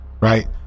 right